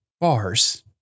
bars